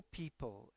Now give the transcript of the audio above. people